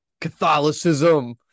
Catholicism